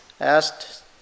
asked